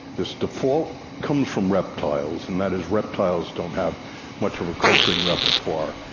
this default comes from reptiles, and that is reptiles don't have much of a coping repertoire.